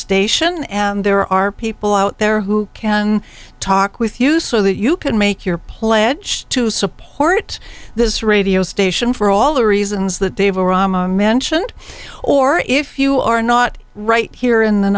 station and there are people out there who can talk with you so that you can make your pledge to support this radio station for all the reasons that they've all rama mentioned or if you are not right here in the